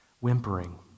whimpering